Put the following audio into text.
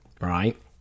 right